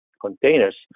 containers